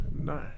no